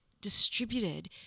distributed